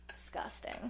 Disgusting